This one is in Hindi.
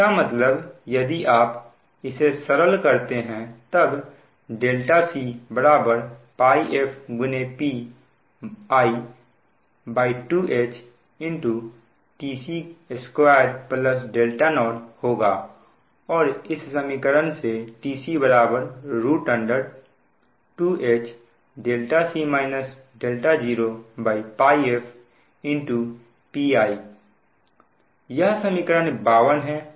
इसका मतलब यदि आप इसे सरल करते हैं तब c πfPi2Htc2 0होगा और इस समीकरण से tc 2HπfPi यह समीकरण 52 है